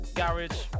garage